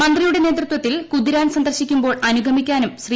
മന്ത്രിയുടെ നേതൃത്വത്തിൽ കുതിരാൻ സന്ദർശിക്കുമ്പോൾ അനുഗമിക്കാനും ശ്രീ